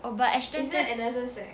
oh but Astons